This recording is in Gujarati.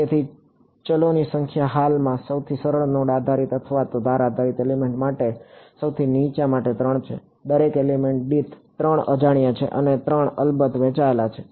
તેથી ચલોની સંખ્યા હાલમાં સૌથી સરળ નોડ આધારિત અથવા ધાર આધારિત એલિમેન્ટ માટે સૌથી નીચા માટે 3 છે દરેક એલિમેન્ટ દીઠ 3 અજાણ્યા છે અને તે 3 અલબત્ત વહેંચાયેલા છે